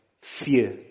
fear